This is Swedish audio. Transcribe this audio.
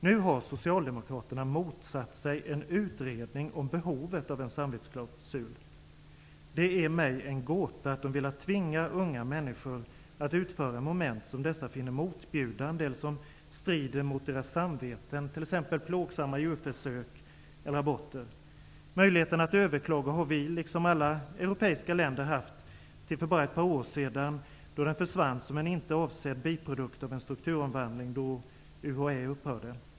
Nu har socialdemokraterna motsatt sig en utredning om behovet av en samvetsklausul. Det är mig en gåta att de vill tvinga unga människor att utföra moment som dessa finner motbjudande eller som strider mot deras samveten, t.ex. plågsamma djurförsök eller aborter. Möjligheten att överklaga har vi, liksom alla europeiska länder, haft till för ett par år sedan då den försvann som en icke avsedd biprodukt av en strukturomvandling då UHÄ upphörde.